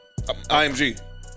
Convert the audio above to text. IMG